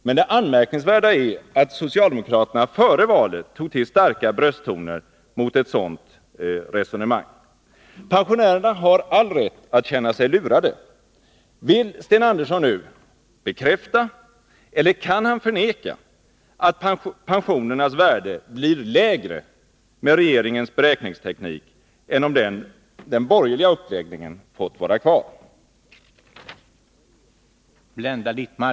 Men det anmärkningsvärda är att socialdemokraterna före valet tog till starka brösttoner mot ett sådant resonemang. Pensionärerna har all rätt att känna sig lurade. Vill Sten Andersson nu bekräfta, eller kan han förneka, att pensionernas värde blir lägre med regeringens beräkningsteknik än om den borgerliga uppläggningen hade fått vara kvar?